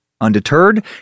Undeterred